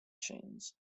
chains